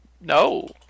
No